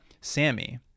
Sammy